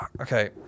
Okay